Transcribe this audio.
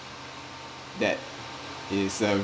that is a